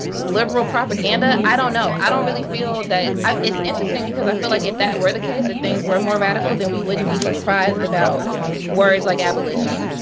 ah liberal propaganda. i don't know. i don't really feel that it's interesting, because i feel like if that were the case, if things were more radical, then we wouldn't be surprised about words like abolition.